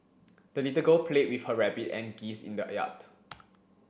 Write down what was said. the little girl played with her rabbit and geese in the yard